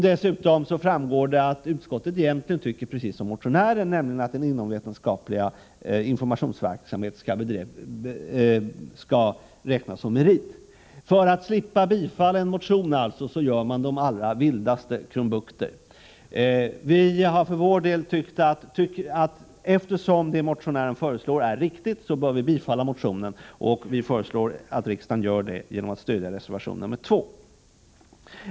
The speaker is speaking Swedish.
Dessutom framgår det att utskottet egentligen tycker precis som motionären, nämligen att inomvetenskaplig informationsverksamhet skall räknas som merit. För att slippa tillstyrka en motion gör man de allra vildaste krumbukter. Vi har för vår del tyckt att eftersom motionärens förslag är riktigt bör vi bifalla motionen. Vi föreslår att riksdagen gör det genom att stödja reservation nr 2.